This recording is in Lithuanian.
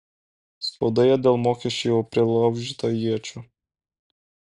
spaudoje dėl mokesčių jau prilaužyta iečių